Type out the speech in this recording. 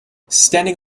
standing